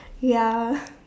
ya